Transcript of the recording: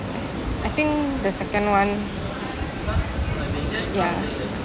I think the second one ya